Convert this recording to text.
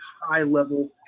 high-level